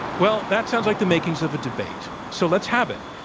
well, that sounds like the makings of a debate. so let's have it,